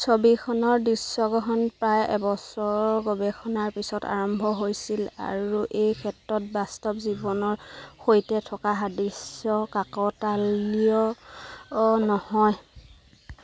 ছবিখনৰ দৃশ্যগ্ৰহণ প্ৰায় এবছৰৰ গৱেষণাৰ পিছত আৰম্ভ হৈছিল আৰু এই ক্ষেত্ৰত বাস্তৱ জীৱনৰ সৈতে থকা সাদৃশ্য কাকতালীয় নহয়